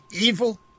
evil